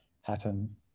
happen